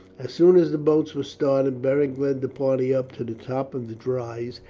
as soon as the boats were started beric led the party up to the top of the rise,